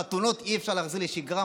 חתונות אי-אפשר להחזיר לשגרה?